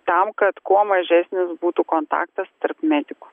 tam kad kuo mažesnis būtų kontaktas tarp medikų